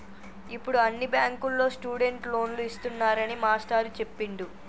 ఇప్పుడు అన్ని బ్యాంకుల్లో స్టూడెంట్ లోన్లు ఇస్తున్నారని మాస్టారు చెప్పిండు